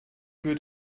wird